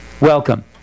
Welcome